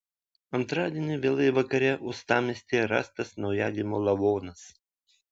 antradienį vėlai vakare uostamiestyje rastas naujagimio lavonas